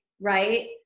right